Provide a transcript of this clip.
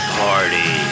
party